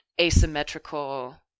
asymmetrical